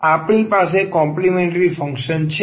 આપણી પાસે complimentary function છે